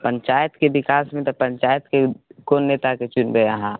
पञ्चायतके विकासमे तऽ पञ्चायतके कोन नेता कऽ चुनबै अहाँ